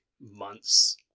months